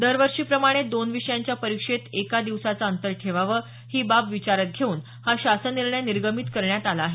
दरवर्षीप्रमाणे दोन विषयांच्या परीक्षेत एका दिवसाचं अंतर ठेवावं ही बाब विचारात घेऊन हा शासन निर्णय निर्गमित करण्यात आला आहे